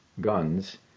guns